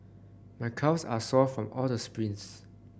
my calves are sore from all the sprints